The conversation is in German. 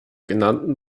genannten